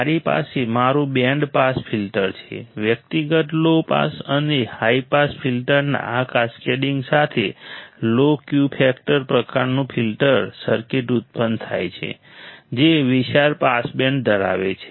મારી પાસે મારું બેન્ડ પાસ ફિલ્ટર છે ઇન્ડિવિડ્યુઅલ લો પાસ અને હાઈ પાસ ફિલ્ટર્સના આ કેસ્કેડીંગ સાથે લો Q ફેક્ટર પ્રકારનું ફિલ્ટર સર્કિટ ઉત્પન્ન થાય છે જે વિશાળ પાસ બેન્ડ ધરાવે છે